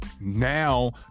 Now